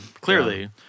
Clearly